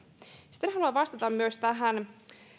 sitten haluan vastata myös tähän